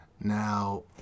Now